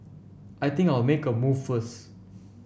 I think I'll make a move first